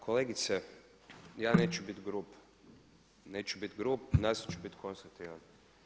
Kolegice, ja neću biti grub, neću biti grub, nastojati ću biti konstruktivan.